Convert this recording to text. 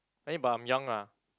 but I'm young lah